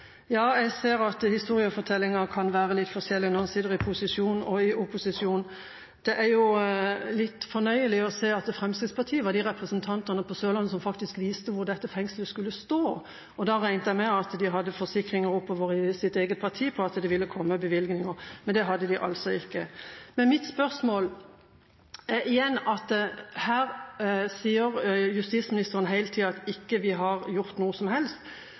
Jeg ser at historiefortellinga kan være litt forskjellig når en sitter i posisjon og i opposisjon. Det er jo litt fornøyelig å se at Fremskrittspartiets representanter på Sørlandet var de som faktisk viste hvor dette fengslet skulle stå, og da regnet jeg med at de hadde forsikringer oppover i sitt eget parti om at det ville komme bevilgninger, men det hadde de altså ikke. Mitt spørsmål går på – igjen: Her sier justisministeren hele tida at vi ikke har gjort noe som helst.